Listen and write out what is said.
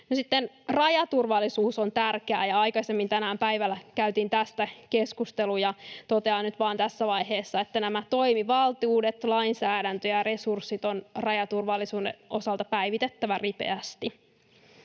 esiin. Rajaturvallisuus on tärkeää. Aikaisemmin tänään päivällä käytiin tästä keskusteluja. Totean nyt vaan tässä vaiheessa, että nämä toimivaltuudet, lainsäädäntö ja resurssit on rajaturvallisuuden osalta päivitettävä ripeästi.